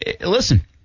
Listen